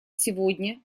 сегодня